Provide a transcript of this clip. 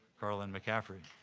carlyn mccaffrey.